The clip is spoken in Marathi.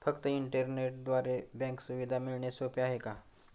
फक्त इंटरनेटद्वारे बँक सुविधा मिळणे सोपे आहे का?